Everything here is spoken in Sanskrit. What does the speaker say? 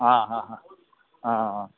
हा हा हा हा हा